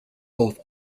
both